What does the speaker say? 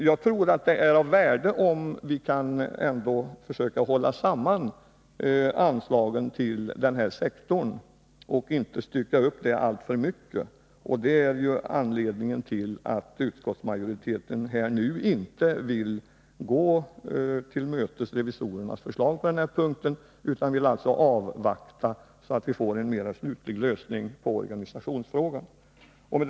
Jag tror att det är av värde att vi försöker hålla samman anslagen till den här sektorn och inte styckar upp dem alltför mycket. Det är också anledningen till att utskottsmajoriteten inte vill gå revisorerna till mötes på den här punkten utan vill avvakta för att få en slutlig lösning på organisationsfrågan. Fru talman!